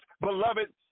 beloved